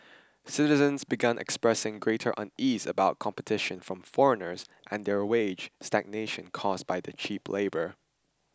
citizens began expressing greater unease about competition from foreigners and their wage stagnation caused by the cheap foreign labour